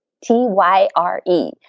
T-Y-R-E